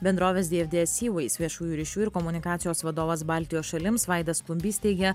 bendrovės dfds seaways viešųjų ryšių ir komunikacijos vadovas baltijos šalims vaidas klumbys teigia